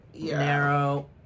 Narrow